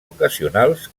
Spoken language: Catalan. ocasionals